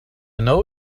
know